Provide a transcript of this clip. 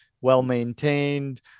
well-maintained